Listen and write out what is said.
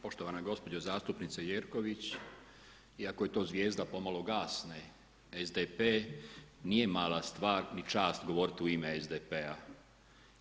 Poštovana gospođo zastupnice Jerković, iako je to zvijezda pomalo gasne SDP, nije mala stvar ni čast govoriti u ime SDP-a.